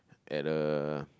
at a